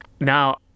Now